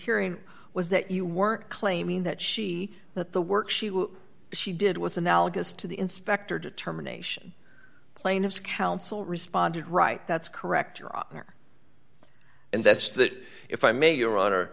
hearing was that you weren't claiming that she that the work she what she did was analogous to the inspector determination plaintiff's counsel responded right that's correct or often are and that's that if i may